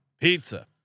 pizza